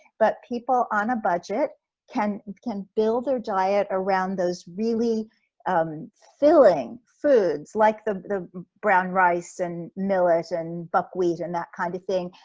but people on a budget can can build their diet around those really um filling foods like the the brown rice and millet and buckwheat and that kind of thing,